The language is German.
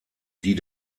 die